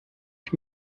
ich